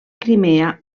crimea